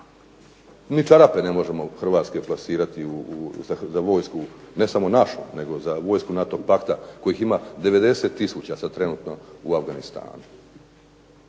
Ni čarape ne možemo hrvatske plasirati za vojsku ne samo za našu, nego za vojsku NATO pakta koje ima 90 tisuća sada trenutno u Afganistanu.